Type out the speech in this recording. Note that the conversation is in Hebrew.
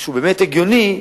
שהוא באמת הגיוני,